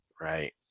right